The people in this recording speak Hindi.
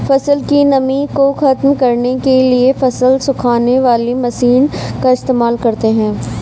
फसल की नमी को ख़त्म करने के लिए फसल सुखाने वाली मशीन का इस्तेमाल करते हैं